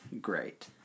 great